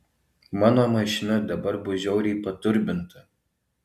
mano mašina dabar bus žiauriai paturbinta